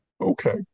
okay